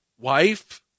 wife